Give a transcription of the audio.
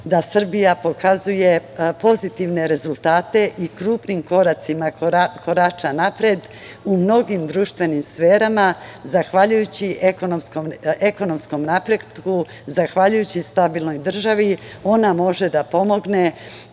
da Srbija pokazuje pozitivne rezultate i krupnim koracima korača napred u mnogim društvenim sferama. Zahvaljujući ekonomskom napretku, zahvaljujući stabilnoj državi, ona može da pomogne